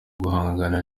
guhangana